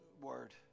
word